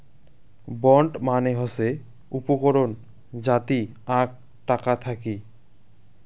bond মানে হসে উপকরণ যাতি আক টাকা থাকি